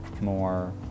more